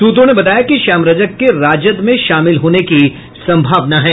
सूत्रों ने बताया कि श्याम रजक के राजद में शामिल होने की सम्भावना है